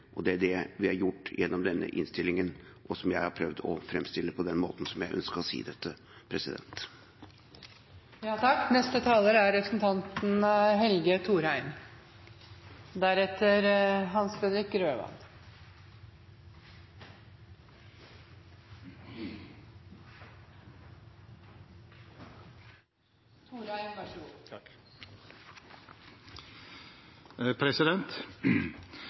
fungerer. Det er det vi har gjort gjennom denne innstillinga, som jeg har prøvd å framstille på den måten som jeg ønsket å si dette. Gjennom Riksrevisjonens rapportering skal vi, slik som det allerede er